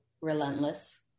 Relentless